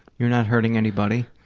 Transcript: you're not hurting anybody.